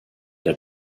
der